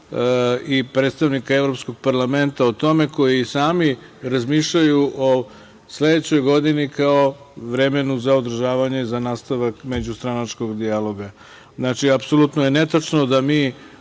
predstavnika Evropskog parlamenta o tome, koji i sami razmišljaju o sledećoj godini kao vremenu za održavanje i nastavak međustranačkog dijaloga. Znači, apsolutno je netačno da mi